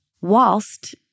whilst